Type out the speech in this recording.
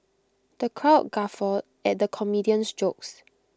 the crowd guffawed at the comedian's jokes